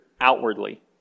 outwardly